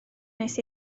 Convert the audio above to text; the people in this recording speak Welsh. nes